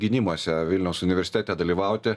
gynimuose vilniaus universitete dalyvauti